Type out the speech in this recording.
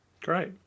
Great